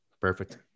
perfect